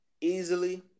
easily